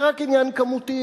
זה רק עניין כמותי.